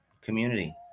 community